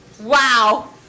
Wow